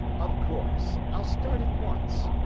of course. i'll start at once.